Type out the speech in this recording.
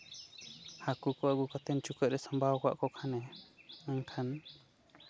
ᱦᱟᱹᱠᱩ ᱠᱚ ᱟᱹᱜᱩ ᱠᱟᱛᱮᱫ ᱪᱩᱠᱟᱹᱜ ᱨᱮ ᱥᱟᱢᱵᱟᱣ ᱟᱠᱟᱫ ᱠᱚᱠᱷᱟᱱᱮ ᱢᱮᱱᱠᱷᱟᱱ